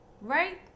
right